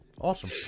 awesome